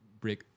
break